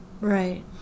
Right